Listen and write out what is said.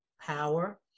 power